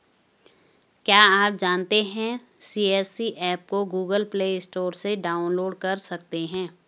क्या आप जानते है सी.एच.सी एप को गूगल प्ले स्टोर से डाउनलोड कर सकते है?